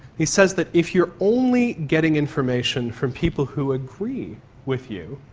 he says that if you're only getting information from people who agree with you,